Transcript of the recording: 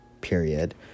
period